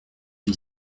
dit